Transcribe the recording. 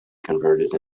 converted